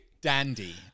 Dandy